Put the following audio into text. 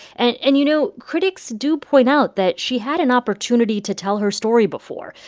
and and, you know, critics do point out that she had an opportunity to tell her story before.